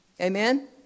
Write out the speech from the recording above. Amen